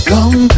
Long